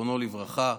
זיכרונו לברכה.